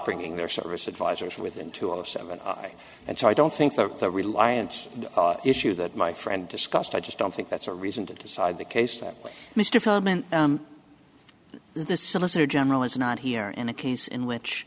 bringing their service advisors within two or seven and so i don't think that the reliance issue that my friend discussed i just don't think that's a reason to decide the case that mister the solicitor general is not here in a case in which